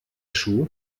schuh